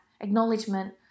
acknowledgement